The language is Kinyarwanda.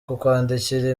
kukwandikira